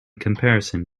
comparison